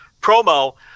promo